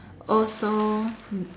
also